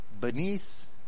Beneath